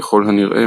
ככל הנראה,